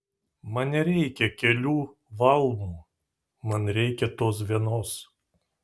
man nereikia kelių valmų man reikia tos vienos